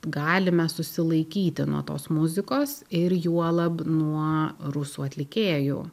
galime susilaikyti nuo tos muzikos ir juolab nuo rusų atlikėjų